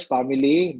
Family